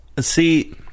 See